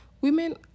women